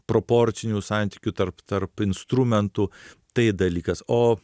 proporcinių santykių tarp tarp instrumentų tai dalykas o